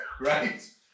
right